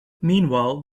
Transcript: meanwhile